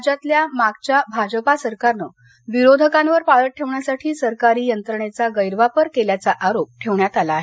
राज्यातल्या मागच्या भाजपा सरकारनं विरोधकांवर पाळत ठेवण्यासाठी सरकारी यंत्रणेचा गैरवापर केल्याचा आरोप ठेवण्यात आल आहे